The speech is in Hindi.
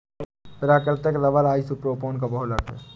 प्राकृतिक रबर आइसोप्रोपेन का बहुलक है